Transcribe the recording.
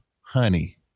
honey